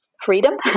freedom